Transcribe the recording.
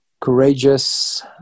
courageous